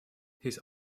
his